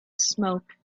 smoke